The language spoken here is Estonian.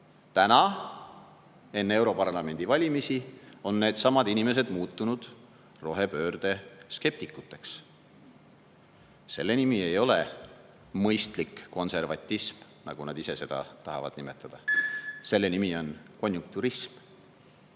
Täna, enne europarlamendi valimisi on needsamad inimesed muutunud rohepöördeskeptikuteks. Selle asja nimi ei ole mõistlik konservatism, nagu nad ise seda tahavad nimetada. Selle nimi on konjunkturism.